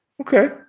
Okay